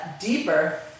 deeper